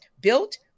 built